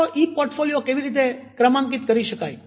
તમારો e portfolio કેવી રીતે ક્રમાંકિત કરી શકાય